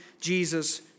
Jesus